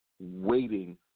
waiting